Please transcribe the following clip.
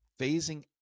phasing